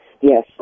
Yes